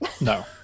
No